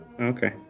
Okay